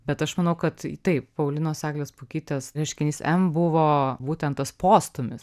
bet aš manau kad taip paulinos eglės pukytės reiškinys m buvo būtent tas postūmis